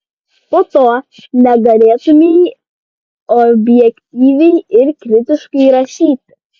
po to negalėtumei objektyviai ir kritiškai rašyti